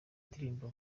indirimbo